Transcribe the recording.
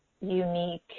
unique